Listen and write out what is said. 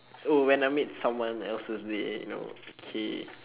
oh when I meet someone else's day oh okay